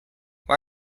why